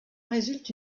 résulte